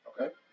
Okay